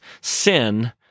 Sin